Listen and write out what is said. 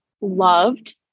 loved